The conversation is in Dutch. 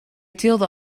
teelde